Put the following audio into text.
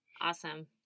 Awesome